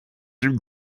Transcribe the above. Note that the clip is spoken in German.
dem